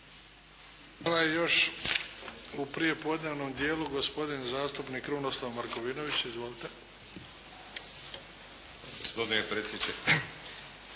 Hvala. I još u prijepodnevnom dijelu gospodin zastupnik Krunoslav Markovinović. Izvolite. **Markovinović,